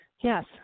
Yes